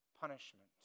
punishment